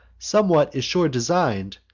somewhat is sure design'd,